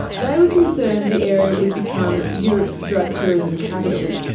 they were concerned the area would become europe's drug tourism capital.